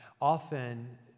Often